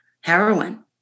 heroin